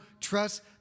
trust